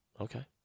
Okay